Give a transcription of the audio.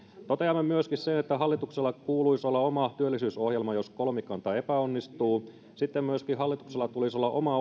toteamme myöskin sen että hallituksella kuuluisi olla oma työllisyysohjelma jos kolmikanta epäonnistuu sitten myöskin hallituksella tulisi olla oma